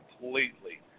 completely